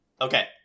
Okay